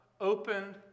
Opened